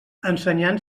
ensenyant